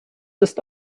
ist